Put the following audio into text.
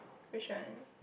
which one